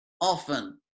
often